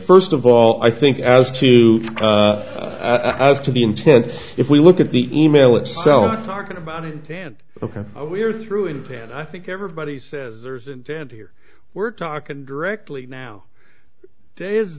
first of all i think as to you as to the intent if we look at the email itself talking about intent ok we're through in pan i think everybody says there's an dandy here we're talking directly now is